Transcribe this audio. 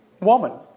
woman